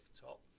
top